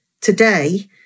Today